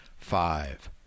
five